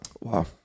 Wow